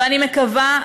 ואני מקווה,